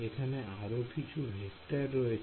এখানে আরো কিছু ভেক্টর রয়েছে